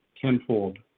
tenfold